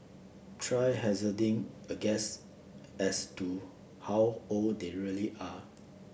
try hazarding a guess as to how old they really are